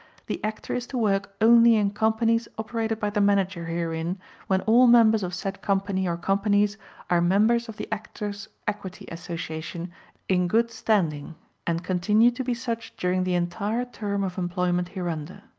the actor is to work only in companies operated by the manager herein when all members of said company or companies are members of the actors' equity association in good standing and continue to be such during the entire term of employment hereunder.